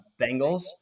Bengals